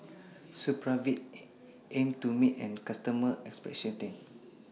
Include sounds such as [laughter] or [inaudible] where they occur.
Supravit [noise] aims to meet its customers' expectations